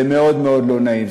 זה מאוד מאוד לא נעים.